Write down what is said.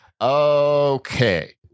Okay